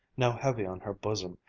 now heavy on her bosom,